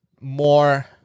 more